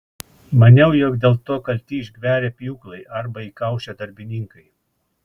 maniau jog dėl to kalti išgverę pjūklai arba įkaušę darbininkai